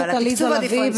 על התקצוב הדיפרנציאלי.